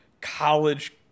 college